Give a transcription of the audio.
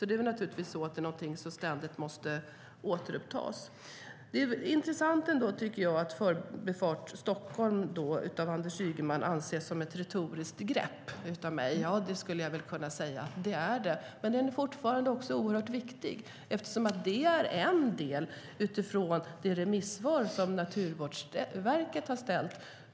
Det är naturligtvis någonting som ständigt måste återupptas. Det är intressant ändå, tycker jag, att Förbifart Stockholm av Anders Ygeman anses som ett retoriskt grepp av mig. Ja, det skulle jag väl kunna säga att det är. Men den är fortfarande oerhört viktig. Det är ju en del utifrån det remissvar som Naturvårdsverket har gett.